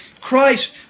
Christ